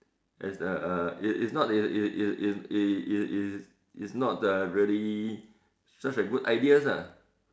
as a uh it's not is is is is is not uh really such a good ideas lah